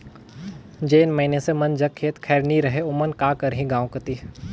जेन मइनसे मन जग खेत खाएर नी रहें ओमन का करहीं गाँव कती